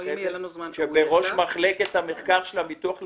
בראש מחלקת המחקר של ביטוח לאומי,